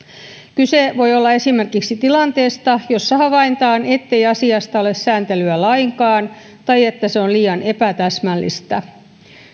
kyse voi olla esimerkiksi tilanteesta jossa havaitaan ettei asiasta ole sääntelyä lainkaan tai että se on liian epätäsmällistä